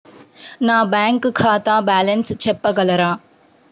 నా బ్యాంక్ ఖాతా బ్యాలెన్స్ చెప్పగలరా?